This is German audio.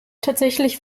tatsächlich